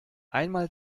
einmal